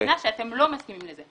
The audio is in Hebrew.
אני מבינה שאתם לא מסכימים לזה.